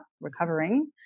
recovering